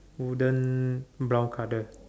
wooden brown colour